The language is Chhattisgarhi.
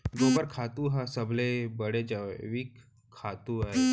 गोबर खातू ह सबले बड़े जैविक खातू अय